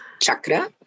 chakra